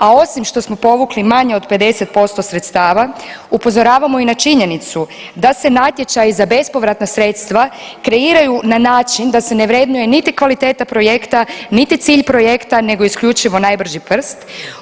A osim što smo povukli manje od 50% sredstava upozoravamo i na činjenicu da se natječaji za bespovratna sredstva kreiraju na način da se ne vrednuje niti kvaliteta projekta, niti cilj projekta, nego isključivo najbrži prst.